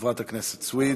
חברת הכנסת סויד.